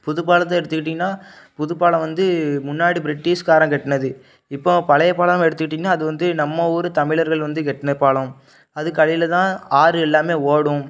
புதுப்பாலத்தை எடுத்துக்கிட்டிங்கன்னா புதுப்பாலம் வந்து முன்னாடி ப்ரிட்டிஷ்காரன் கட்டினது இப்போ பழையப்பாலம் எடுத்துக்கிட்டிங்கன்னா அது வந்து நம்ம ஊர் தமிழர்கள் வந்து கட்டின பாலம் அதுக்கடியில் தான் ஆறு எல்லாம் ஓடும்